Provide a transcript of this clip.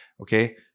okay